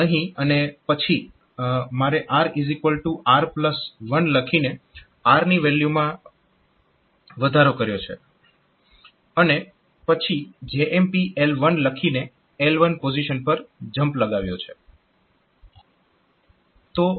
અને પછી અહીં મેં RR1 લખીને R ની વેલ્યુમાં વધારો કર્યો છે અને પછી JMP L1 લખીને L1 પોઝીશન પર જમ્પ લગાવ્યો છે